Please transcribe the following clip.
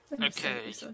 Okay